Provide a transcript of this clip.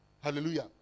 Hallelujah